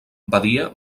badia